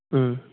ꯎꯝ